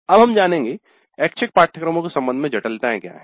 अब हम जानेगे ऐच्छिक पाठ्यक्रमों के संबंध में क्या जटिलताएँ हैं